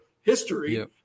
history